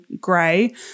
grey